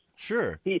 Sure